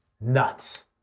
nuts